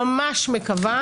ממש מקווה,